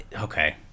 okay